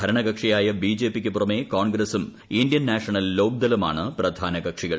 ഭരണകക്ഷിയായ ബിജെപി യ്ക്ക് പുറമെ കോൺഗ്രസ്സും ഇന്ത്യൻ നാഷണൽ ലോക്ദളുമാണ് പ്രധാന കക്ഷികൾ